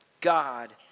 God